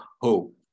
hope